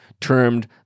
Termed